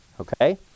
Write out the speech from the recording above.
Okay